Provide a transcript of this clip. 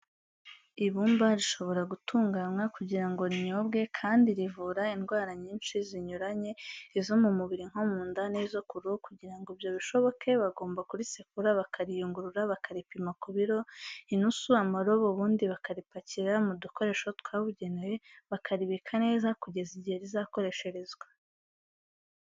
Ibumba rishobora gutunganwa kugira ngo rinyobwe kandi rivura indwara nyinshi zinyuranye, izo mu mubiri nko mu nda n'izo ku ruhu kugira ngo ibyo bishoboke bagomba kurisekura, bakariyungurura, bakaripima ku biro, inusu, amarobo, ubundi bakaripakira mu dukoresho twabugenewe, bakaribika neza kugeza igihe rizakoresherezwa.